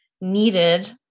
needed